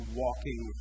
walking